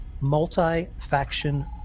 multi-faction